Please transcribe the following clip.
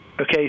Okay